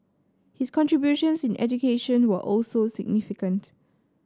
his contributions in education were also significant